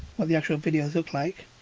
what the actual videos look like.